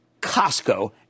Costco